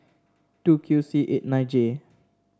two Q C eight nine J